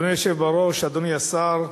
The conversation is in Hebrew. אדוני היושב בראש, אדוני השר,